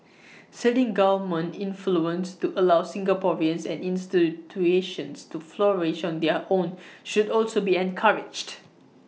ceding government influence to allow Singaporeans and institutions to flourish on their own should also be encouraged